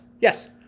yes